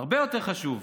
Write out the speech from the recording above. הרבה יותר חשוב,